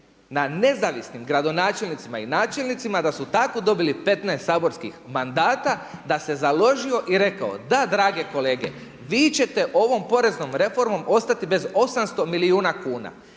na nezavisnim gradonačelnicima i načelnicima da su tako dobili 15 saborskih mandata da se založio i rekao da drage kolege, vi ćete ovom poreznom reformom ostati bez 800 milijuna kuna